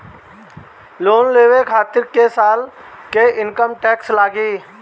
Loan लेवे खातिर कै साल के इनकम टैक्स लागी?